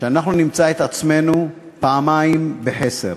שאנחנו נמצא את עצמנו פעמיים בחסר: